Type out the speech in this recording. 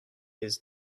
his